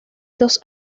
dos